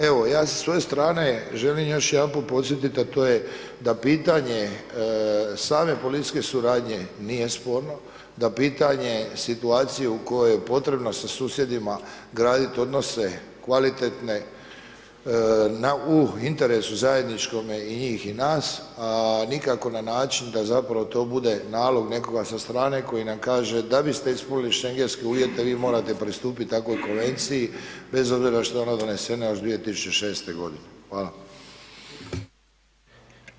Evo ja sa svoje strane želim još jedanput podsjetiti a to je da pitanje same policijske suradnje nije sporno, da pitanje situacije u kojoj je potrebno sa susjedima graditi odnose kvalitetne u interesu zajedničkome i njih i nas, a nikako na način da zapravo to bude nalog nekoga sa strane koji nam kaže da biste ispunili schengenske uvjete, vi morate pristupiti takvoj konvenciji bez obzira šta je ona donesena još 2006. g. Hvala.